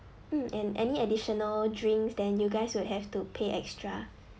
mm and any additional drinks then you guys would have to pay extra